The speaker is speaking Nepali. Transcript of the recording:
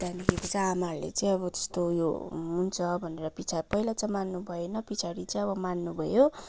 त्यहाँदेखिको चाहिँ आमाहरूले चाहिँ अब त्यस्तो उयो हुन्छ भनेर पछि पहिला चाहिँ मान्नुभएन पछाडि चाहिँ अब मान्नुभयो